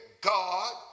God